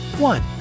One